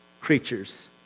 creatures